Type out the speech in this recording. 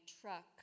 truck